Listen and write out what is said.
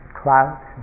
clouds